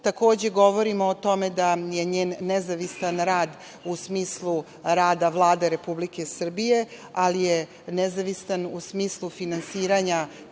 Takođe, govorimo o tome da je njen nezavistan rad u smislu rada Vlade Republike Srbije, ali je nezavistan u smislu finansiranja